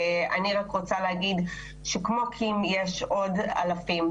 אני רק רוצה להגיד שכמו קים יש עוד אלפים,